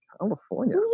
California